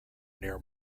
near